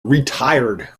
retired